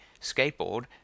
skateboard